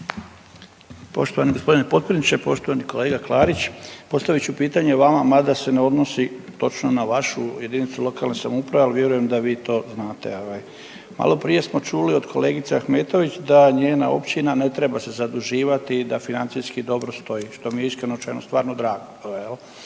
Poštovani gospodine potpredsjedniče, poštovani kolega Klarić. Postavit ću pitanje vama mada se ne odnosi točno na vašu jedinicu lokalne samouprave, ali vjerujem da vi to znate. Malo prije smo čuli od kolegice Ahmetović da njega općina ne treba se zaduživati i da financijski dobro stoji što mi je iskreno rečeno stvarno drago.